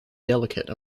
delicate